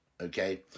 okay